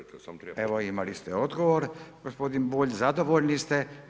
Evo imali ste odgovor gospodin Bulj, zadovoljni ste.